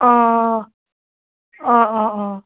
অঁ অঁ অঁ অঁ